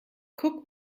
guck